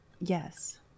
yes